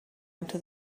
into